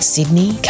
Sydney